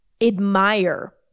admire